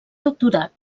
doctorat